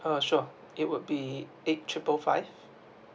uh sure it would be eight triple five